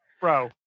bro